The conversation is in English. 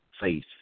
faith